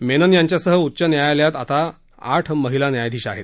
मेनन यांच्यासह उच्च न्यायालयात आता आठ महिला न्यायाधीश आहेत